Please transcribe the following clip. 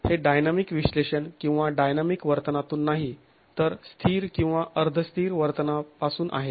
हे डायनामिक विश्लेषण किंवा डायनामिक वर्तनातून नाही तर स्थिर किंवा अर्ध स्थिर वर्तनापासून आहे